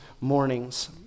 mornings